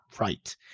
right